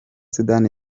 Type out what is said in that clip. sudan